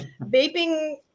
vaping